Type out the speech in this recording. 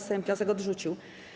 Sejm wniosek odrzucił.